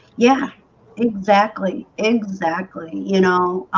yeah exactly exactly you know,